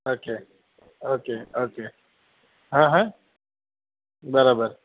okay okay okay હા હા બરાબર